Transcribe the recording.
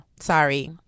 Sorry